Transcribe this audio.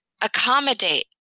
accommodate